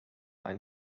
ein